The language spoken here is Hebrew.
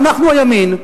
ואנחנו הימין,